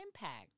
impact